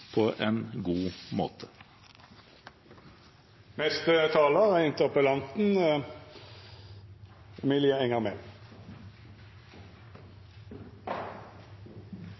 på en god måte. Og så er